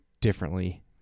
differently